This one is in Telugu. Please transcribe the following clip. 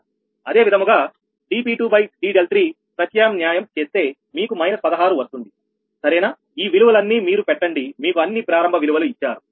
అదే విధముగా dp2d∂3 ప్రత్యామ్న్యాయం చేస్తే మీకు −16 వస్తుంది సరేనా ఈ విలువలన్నీ మీరు పెట్టండి మీకు అన్ని ప్రారంభ విలువలు ఇచ్చారు